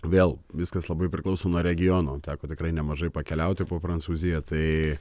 vėl viskas labai priklauso nuo regiono teko tikrai nemažai pakeliauti po prancūziją tai